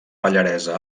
pallaresa